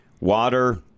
water